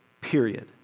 Period